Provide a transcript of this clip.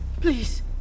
Please